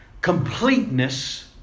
completeness